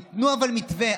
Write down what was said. אבל תיתנו מתווה.